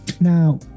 Now